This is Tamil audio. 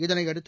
இதனையடுத்து